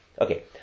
Okay